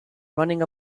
running